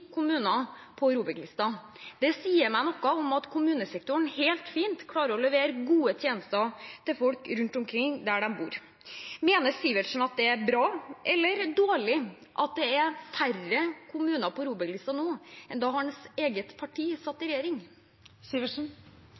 kommuner på ROBEK-listen. Det sier noe om at kommunesektoren helt fint klarer å levere gode tjenester til folk der de bor. Mener Sivertsen at det er bra eller dårlig at det er færre kommuner på ROBEK-listen nå enn da hans eget parti satt i